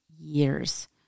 years